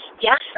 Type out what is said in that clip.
yes